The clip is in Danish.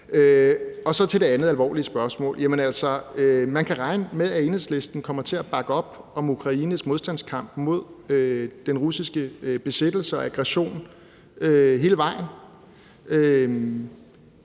Så til det andet alvorlige spørgsmål. Man kan regne med, at Enhedslisten kommer til at bakke op om Ukraines modstandskamp mod den russiske besættelse og aggression hele vejen.